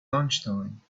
lunchtime